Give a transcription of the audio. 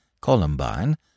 Columbine